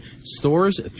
stores